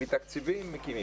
ומתקציבים מקימים,